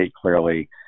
clearly